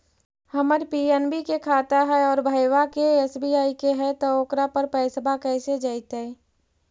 हमर पी.एन.बी के खाता है और भईवा के एस.बी.आई के है त ओकर पर पैसबा कैसे जइतै?